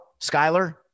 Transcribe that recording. Skyler